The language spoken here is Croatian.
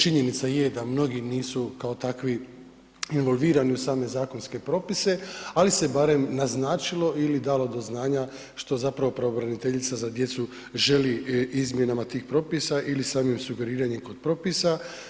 Činjenica je da mnogi nisu kao takvi involvirani u same zakonske propise ali se barem naznačilo ili dalo do znanja što zapravo pravobraniteljica za djecu želi izmjenama tih propisa ili samim sugeriranjem kod propisa.